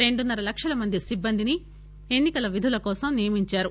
రెండున్నర లక్షల మంది సిబ్బందిని ఎన్ని కల విధుల కోసం నియమించారు